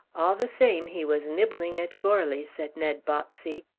all the same he was nibbling at goarly, said ned botsey.